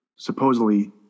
Supposedly